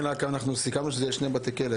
כן, רק אנחנו סיכמנו שזה יהיה שני בתי כלא.